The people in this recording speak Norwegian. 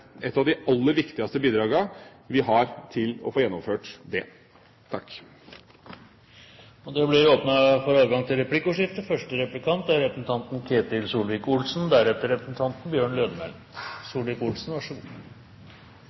et av de aller viktigste bidragene for å få gjennomført det. Det blir anledning til replikkordskifte.